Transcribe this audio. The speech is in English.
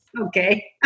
Okay